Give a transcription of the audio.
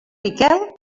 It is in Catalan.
miquel